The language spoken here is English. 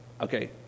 okay